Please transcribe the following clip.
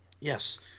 Yes